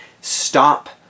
stop